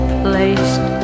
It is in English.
placed